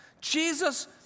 Jesus